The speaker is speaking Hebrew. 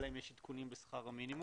אלא אם יש עדכונים בשכר המינימום.